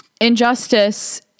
Injustice